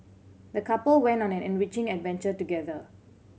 the couple went on an enriching adventure together